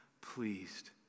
pleased